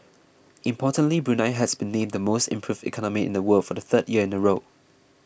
importantly Brunei has been named the most improved economy in the world for the third year in a row